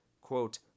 quote